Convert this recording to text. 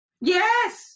Yes